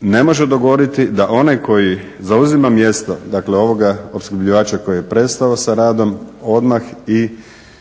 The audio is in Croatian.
ne može dogoditi da onaj koji zauzima mjesto, dakle ovoga opskrbljivača koji je prestao sa radom odmah i